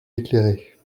éclairés